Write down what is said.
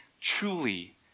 truly